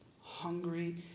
hungry